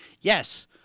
Yes